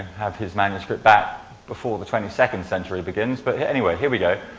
have his manuscript back before the twenty second century begins, but anyway, here we go.